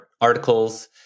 articles